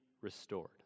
restored